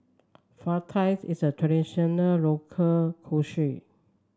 fajitas is a traditional local cuisine